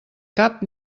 cap